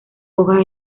hojas